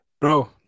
Bro